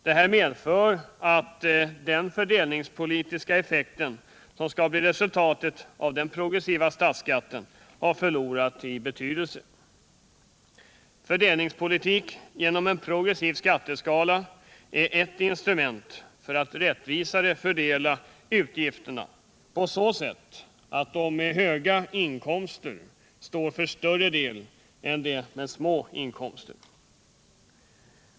Detta medför att den fördelningspolitiska effekt som skulle ha blivit resultatet av den progressiva statsskatten har förlorat i betydelse — en progressiv skatteskala är ju ett instrument för att rättvisare fördela utgifterna så att de med höga inkomster står för en större del av skattebördan än de med små inkomster.